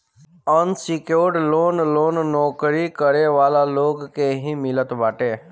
unsecured loan loan नोकरी करे वाला लोग के ही मिलत बाटे